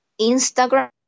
Instagram